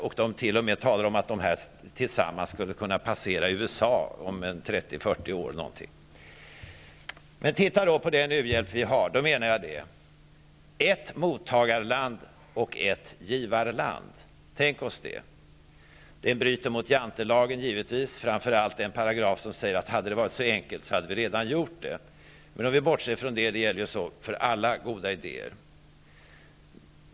Man talar om att länderna i Sydostasien tillsammans kanske t.o.m. skulle kunna passera När det gäller den u-hjälp som vi betalar ut, menar jag att principen om ett mottagarland och ett givarland bör vara vägledande. Det bryter givetvis mot Jantelagen, framför allt mot den paragraf som säger att om det hade varit så enkelt, så hade vi redan gjort det. Men nu bortser vi från detta -- den här paragrafen gäller ju för alla goda idéer.